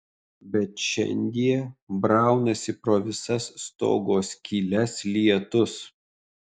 bet šiandie braunasi pro visas stogo skyles lietus